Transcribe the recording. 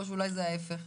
או שאולי זה ההפך?